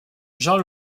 jean